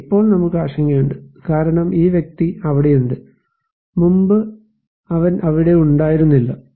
അതെ ഇപ്പോൾ നമുക്ക് ആശങ്കയുണ്ട് കാരണം ഈ വ്യക്തി അവിടെയുണ്ട് മുമ്പ് അവൻ അവിടെ ഉണ്ടായിരുന്നില്ല